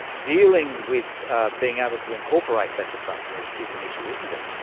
dealing with being able to incorporate that disruption is is an issue, isn't it.